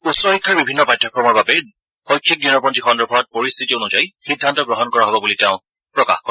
উচ্চ শিক্ষাৰ বিভিন্ন পাঠ্যক্ৰমৰ বাবে শৈক্ষিক দিনপঞ্জী সন্দৰ্ভত পৰিশ্বিতি অনুযায়ী সিদ্ধান্ত গ্ৰহণ কৰা হ'ব বুলি তেওঁ প্ৰকাশ কৰে